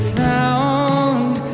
sound